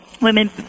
Women